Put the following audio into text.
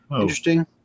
interesting